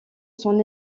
son